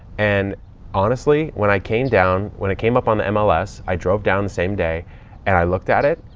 and honestly, when i came down, when it came up on the um ah mls, i drove down the same day and i looked at it.